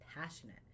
passionate